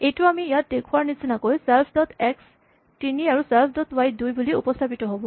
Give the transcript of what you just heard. এইটো আমি ইয়াত দেখুওৱাৰ নিচিনাকৈ ছেল্ফ ডট এক্স ৩ আৰু ছেল্ফ ডট ৱাই ২ বুলি উপস্হাপিত হ'ব